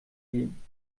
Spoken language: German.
gehen